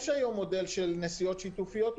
יש היום מודל של נסיעות שיתופיות.